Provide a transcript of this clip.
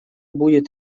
будет